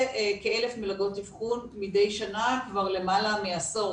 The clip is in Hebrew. כ-1,000 מלגות אבחון מדי שנה כבר למעלה מעשור,